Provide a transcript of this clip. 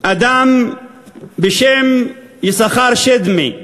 אדם בשם יששכר שדמי,